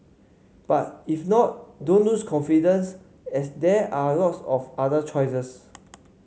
but if not don't lose confidence as there are lots of other choices